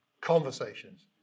conversations